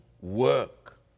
work